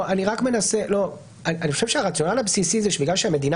אני חושב שהרציונל הבסיסי הוא זה שבגלל שהמדינה